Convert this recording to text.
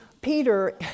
Peter